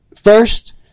first